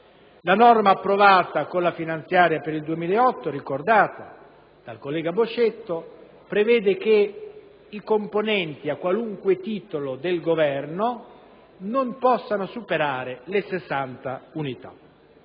La norma approvata con la finanziaria 2008, ricordata dal collega Boscetto, prevede che i componenti a qualunque titolo del Governo non possano superare le 60 unità.